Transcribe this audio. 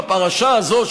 בפרשה זו,